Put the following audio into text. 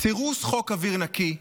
סירוס חוק אוויר נקי,